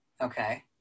Okay